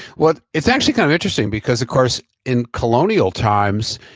well, it's actually kind of interesting because of course in colonial times,